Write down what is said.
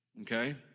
okay